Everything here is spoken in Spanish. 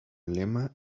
lema